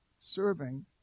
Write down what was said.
serving